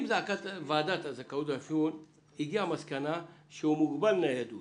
אם ועדת הזכאות והאפיון הגיעה למסקנה שהילד מוגבל ניידות